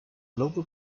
local